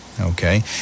Okay